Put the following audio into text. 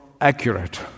accurate